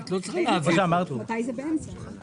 את לא צריכה להביך אותו.